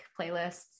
playlists